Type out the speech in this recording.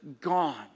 gone